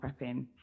prepping